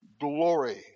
glory